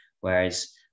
Whereas